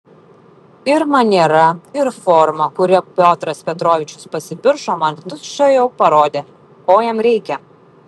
ir maniera ir forma kuria piotras petrovičius pasipiršo man tučtuojau parodė ko jam reikia